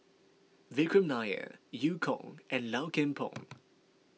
Vikram Nair Eu Kong and Low Kim Pong